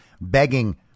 begging